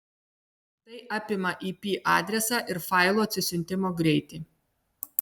tai apima ip adresą ir failų atsisiuntimo greitį